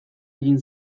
egin